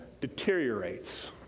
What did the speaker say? deteriorates